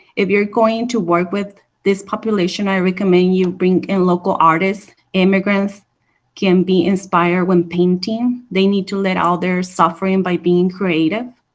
if you are going to work with this population, i recommend you bring in local artists. immigrants can be inspired when painting. they need to let out their suffering by being creative.